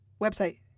website